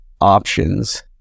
options